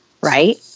right